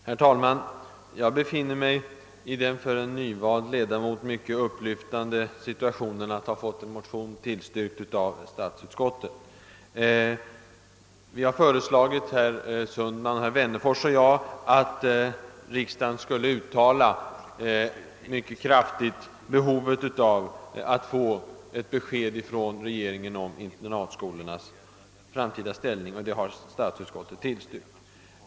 Herr talman! Jag befinner mig i den för en nyvald ledamot mycket upplyftande situationen att ha fått en motion tillstyrkt av statsutskottet. Vi, herr Sundman, herr Wennerfors, herr Strömberg och jag, har föreslagit, att riksdagen mycket kraftigt skulle uttala behovet av att få ett besked från regeringen om internatskolornas framtida ställning, och det har statsutskottet tillstyrkt.